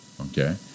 okay